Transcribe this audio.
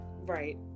Right